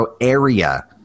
area